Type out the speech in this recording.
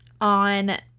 On